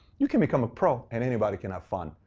you can become a pro, and anybody can have fun,